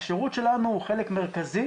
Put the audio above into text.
השירות שלנו הוא חלק מרכזי